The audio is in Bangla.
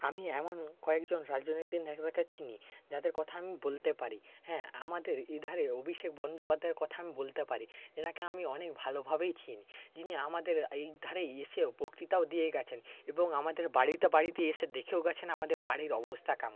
আমি এমন কয়েকজন রাজনৈতিক নেতাকে চিনি যাদের কথা আমি বলতে পারি হ্যাঁ আমাদের এধারে অভিষেক বন্দ্যোপাধ্যায়ের কথা আমি বলতে পারি এনাকে আমি অনেক ভালোভাবেই চিনি যিনি আমাদের এইধারে এসেও বক্তৃতাও দিয়ে গেছেন এবং আমাদের বাড়িতে বাড়িতে এসে দেখেও গেছেন আমাদের বাড়ির অবস্থা কেমন